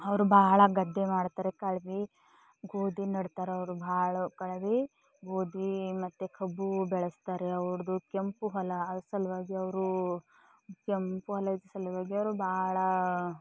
ಅವರು ಬಹಳ ಗದ್ದೆ ಮಾಡ್ತಾರೆ ಕಳವಿ ಗೋಧಿ ನೆಡ್ತಾರ ಅವರು ಬಹಳ ಕಳವಿ ಗೋಧಿ ಮತ್ತು ಕಬ್ಬು ಬೆಳೆಸ್ತಾರೆ ಅವ್ರದ್ದು ಕೆಂಪು ಹೊಲ ಅದ್ರ ಸಲುವಾಗಿ ಅವರು ಕೆಂಪು ಹೊಲದ ಸಲುವಾಗಿ ಅವರು ಬಹಳ